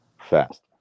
fast